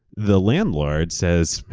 the landlord says,